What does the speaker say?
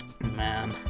man